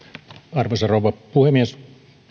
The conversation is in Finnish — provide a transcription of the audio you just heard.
arvoisa rouva puhemies